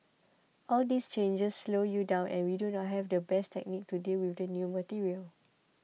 all these changes slow you down and we do not have the best technique to deal with the new material